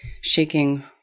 shaking